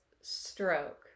stroke